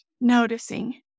noticing